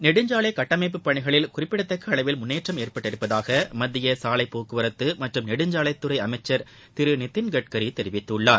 நெடுஞ்சாலை கட்டமைப்பு பணிகளில் குறிப்பிடத்தக்க அளவில் முன்னேற்றம் ஏற்பட்டுள்ளதாக மத்திய சாலைபோக்குவரத்து மற்றும் நெடுஞ்சாலைத்துறை அமைச்சர் திரு நிதின்கட்கரி தெரிவித்துள்ளார்